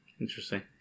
interesting